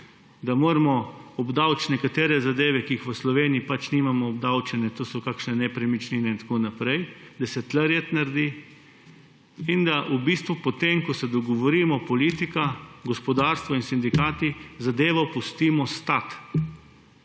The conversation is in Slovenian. da moramo obdavčiti nekatere zadeve, ki jih v Sloveniji nimamo obdavčenih, to so kakšne nepremičnine in tako naprej, da se tukaj red naredi, in da v bistvu, potem ko se dogovorimo politika, gospodarstvo in sindikati, zadevo pustimo stati